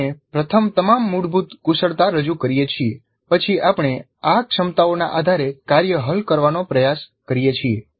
આપણે પ્રથમ તમામ મૂળભૂત કુશળતા રજૂ કરીએ છીએ પછી આપણે આ ક્ષમતાઓના આધારે કાર્ય હલ કરવાનો પ્રયાસ કરીએ છીએ